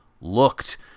looked